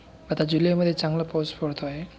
आता जुलैमध्ये चांगला पाऊस पडतो आहे